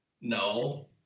No